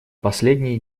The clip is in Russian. последние